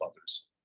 others